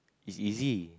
it's easy